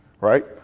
Right